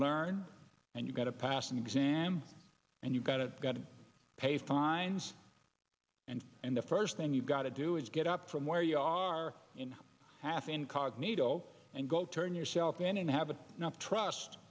learn and you've got to pass an exam and you've got it got to pay fines and and the first thing you've got to do is get up from where you are in half incognito and go turn yourself in and have enough trust